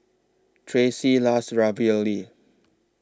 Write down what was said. Tracee loves Ravioli